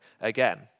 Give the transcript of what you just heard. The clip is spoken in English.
again